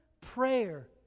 prayer